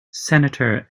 senator